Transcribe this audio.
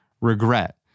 Regret